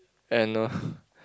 and